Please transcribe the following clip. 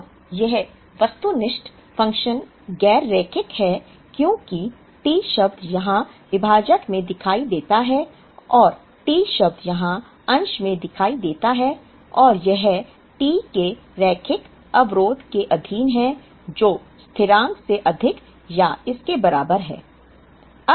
अब यह वस्तुनिष्ठ फ़ंक्शन गैर रैखिक है क्योंकि T शब्द यहाँ विभाजक में दिखाई देता है और T शब्द यहाँ अंश में दिखाई देता है और यह T के रैखिक अवरोध के अधीन है जो स्थिरांक से अधिक या इसके बराबर है